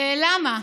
ולמה?